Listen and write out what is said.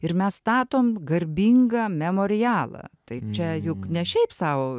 ir mes statom garbingą memorialą tai čia juk ne šiaip sau